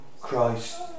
Christ